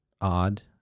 odd